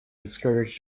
discourage